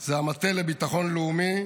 הוא המטה לביטחון לאומי,